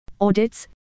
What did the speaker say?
audits